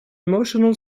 emotional